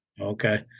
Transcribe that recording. Okay